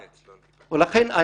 ולכן,